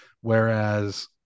Whereas